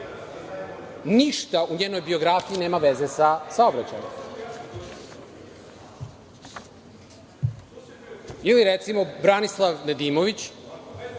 Ništa u njenoj biografiji nema veze sa saobraćajem. Ili, recimo, Branislav Nedimović.